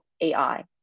AI